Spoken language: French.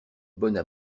bonnes